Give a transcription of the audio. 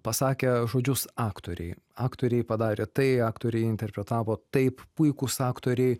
pasakę žodžius aktoriai aktoriai padarė tai aktoriai interpretavo taip puikūs aktoriai